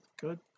good